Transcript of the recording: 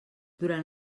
durant